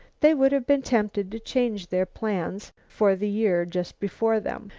they would have been tempted to change their plans for the year just before them.